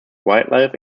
wildlife